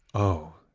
oh.